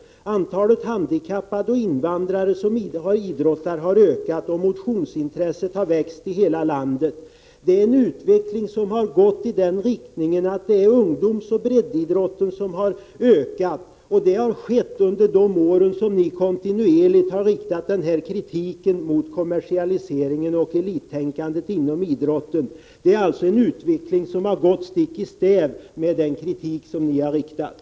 Antalet handikappade och invandrare som idrottar har ökat, och motionsintresset har vuxit i hela landet. Det är en utveckling som har gått i den riktningen att ungdomsoch breddidrotten har ökat, och det har skett under de år då ni kontinuerligt har riktat kritik mot kommersialisering och elittänkande inom idrotten. Det är alltså en utveckling som har gått stick i stäv med er kritik.